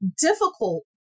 difficult